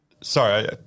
Sorry